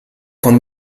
con